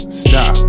stop